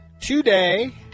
today